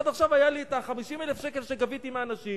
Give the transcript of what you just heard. עד עכשיו היה לי 50,000 השקל שגביתי מהאנשים,